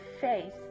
face